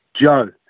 Joe